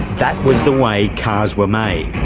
that was the way cars were made.